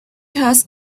has